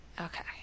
okay